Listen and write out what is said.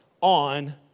on